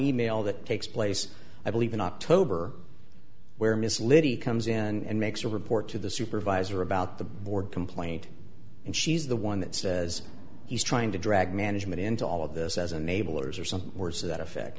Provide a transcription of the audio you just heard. e mail that takes place i believe in october where ms liddy comes in and makes a report to the supervisor about the board complaint and she's the one that says he's trying to drag management into all of this as unable or some words to that effect